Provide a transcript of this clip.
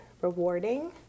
rewarding